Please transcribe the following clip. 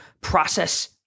process